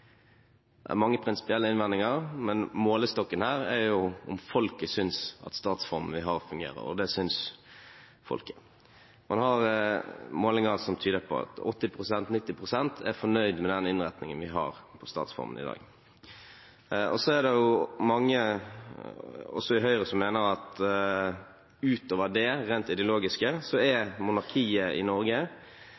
er mange prinsipielle innvendinger, men målestokken er om folket synes at statsformen vi har, fungerer – og det synes folket. Vi har målinger som tyder på at 80–90 pst. er fornøyd med den innretningen vi har på statsformen i dag. Det er mange – også i Høyre – som mener at utover det rent ideologiske er